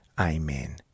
Amen